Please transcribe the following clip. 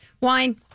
Wine